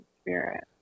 spirit